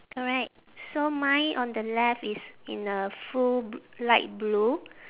correct so mine on the left is in a full b~ light blue